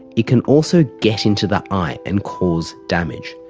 it can also get into the eye and cause damage.